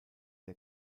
der